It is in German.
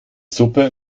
suppe